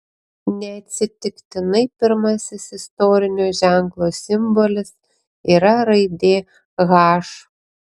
neatsitiktinai pirmasis istorinio ženklo simbolis yra raidė h